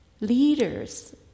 Leaders